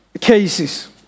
cases